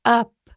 up